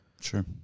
sure